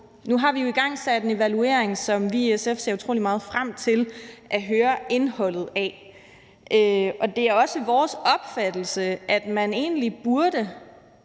Nu har vi jo igangsat en evaluering, som vi i SF ser utrolig meget frem til at høre indholdet af. Og det er også vores opfattelse, at man egentlig i